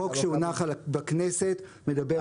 החוק שהונח בכנסת מדבר על ממדים ללימודים.